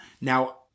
Now